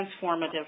transformative